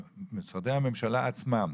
משרדי הממשלה עצמם,